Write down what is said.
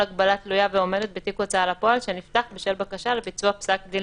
הגבלה תלויה ועומדת בתיק הוצאה לפועל שנפתח בשל בקשה לביצוע פסק דין